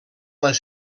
les